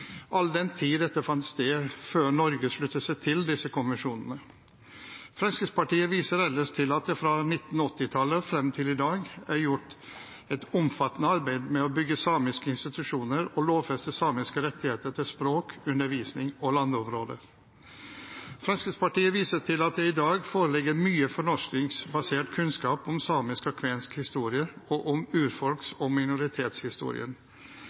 all den tid dette fant sted før Norge sluttet seg til disse konvensjonene. Fremskrittspartiet viser ellers til at det fra 1980-tallet og frem til i dag er gjort et omfattende arbeid med å bygge samiske institusjoner og lovfeste samiske rettigheter til språk, undervisning og landområder. Fremskrittspartiet viser til at det i dag foreligger mye fornorskingsbasert kunnskap om samisk og kvensk historie og om urfolks- og minoritetshistorien.